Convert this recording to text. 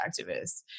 activists